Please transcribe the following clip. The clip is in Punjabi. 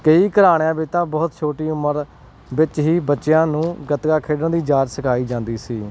ਕਈ ਘਰਾਣਿਆਂ ਵਿੱਚ ਤਾਂ ਬਹੁਤ ਛੋਟੀ ਉਮਰ ਵਿੱਚ ਹੀ ਬੱਚਿਆਂ ਨੂੰ ਗੱਤਕਾ ਖੇਡਣ ਦੀ ਜਾਚ ਸਿਖਾਈ ਜਾਂਦੀ ਸੀ